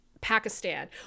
Pakistan